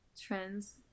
trends